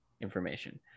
information